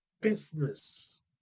business